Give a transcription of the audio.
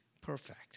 perfect